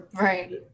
right